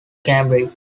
cambridge